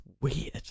weird